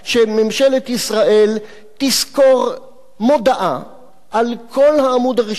שממשלת ישראל תשכור מודעה על כל העמוד הראשון